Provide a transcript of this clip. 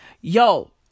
yo